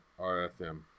rfm